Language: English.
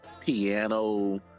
piano